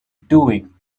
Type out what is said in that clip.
doing